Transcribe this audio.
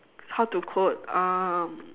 how to code um